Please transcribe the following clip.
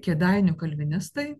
kėdainių kalvinistai